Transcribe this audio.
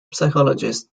psychologist